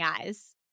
eyes